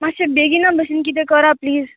मात्शें बेगीन बशेन कितें करा प्लीज